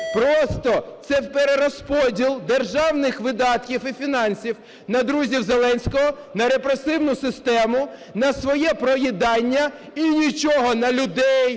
Просто це перерозподіл державних видатків і фінансів на "друзів Зеленського", на репресивну систему, на своє проїдання і нічого на людей,